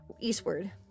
eastward